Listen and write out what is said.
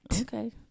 Okay